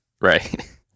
right